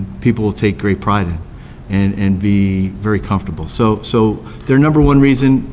people will take great pride in, and and be very comfortable. so so their number one reason,